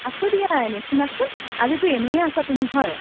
আছোঁ দিয়া এনে শুনাচোন আজিতো এনেই আছা তুমি হয়